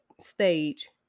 stage